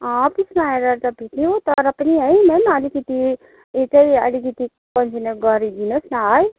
अफिसमा आएर त भेट्ने तर पनि है म्याम अलिकति यतै अलिकति कन्सिडर गरिदिनुहोस् न है